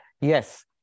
Yes